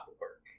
work